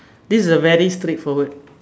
this is a very straightforward